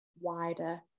wider